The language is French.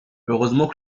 heureusement